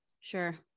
Sure